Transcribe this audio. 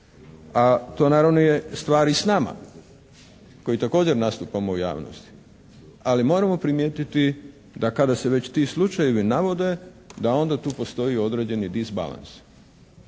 a to naravno je stvar i sa nama koji također nastupamo u javnosti. Ali moramo primijetiti da kada se već ti slučajevi navode, da onda tu postoji određeni disbalans.